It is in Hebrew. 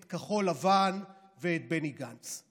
את כחול לבן ואת בני גנץ.